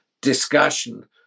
discussion